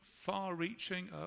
far-reaching